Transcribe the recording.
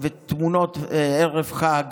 תמונות ערב חג